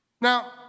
Now